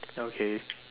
okay